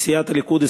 מסיעת הליכוד,